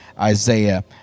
Isaiah